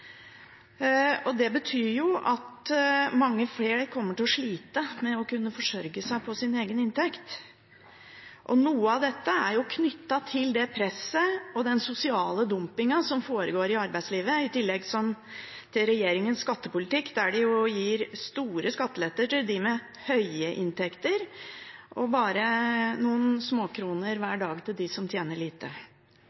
1990-tallet. Det betyr at mange flere kommer til å slite med å kunne forsørge seg på sin egen inntekt. Noe av dette er knyttet til det presset og den sosiale dumpingen som foregår i arbeidslivet, i tillegg til regjeringens skattepolitikk, der de gir store skatteletter til dem med høye inntekter, og bare noen småkroner